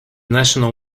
national